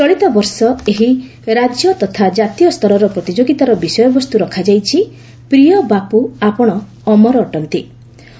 ଚଳିତ ବର୍ଷ ଏହି ରାଜ୍ୟ ତଥା ଜାତୀୟସ୍ତରର ପ୍ରତିଯୋଗିତାର ବିଷୟବସ୍କୁ ରଖାଯାଇଛି ପ୍ରିୟ ବାପୁ ଆପଣ ଅମର ଅଟନ୍ତି